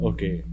Okay